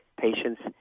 patients